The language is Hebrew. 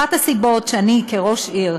אחת הסיבות שאני, כראש עיר,